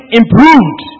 improved